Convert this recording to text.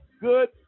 good